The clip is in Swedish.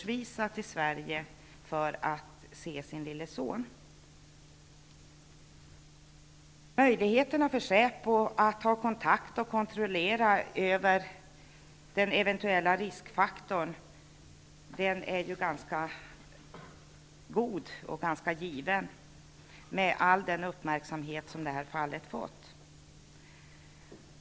Också då ställde ärkebiskopen upp. Möjligheten för säpo att ha kontakt och att kontrollera den eventuella riskfaktorn är ganska given, med all den uppmärksamhet som fallet har fått.